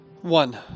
One